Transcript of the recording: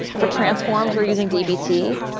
for transforms, we're using dbt.